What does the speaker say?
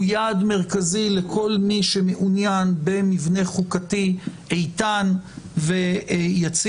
היא יעד מרכזי לכל מי שמעוניין במבנה חוקתי איתן ויציב.